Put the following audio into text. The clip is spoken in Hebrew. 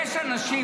יש אנשים,